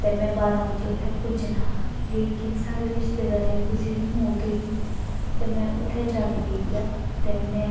ते में बारा बज़े उत्थैं पुज्जना हा लेकिन साढ़ै रिश्तेदारैं दै कुसे दी मौत होई गेई ते में उत्थै जाना पेईया ते में